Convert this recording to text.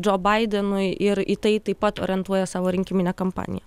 džo baidenui ir į tai taip pat orientuoja savo rinkiminę kampaniją